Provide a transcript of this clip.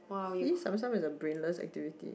see Tsum Tsum is a brainless activity